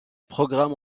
programmes